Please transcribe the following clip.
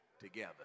together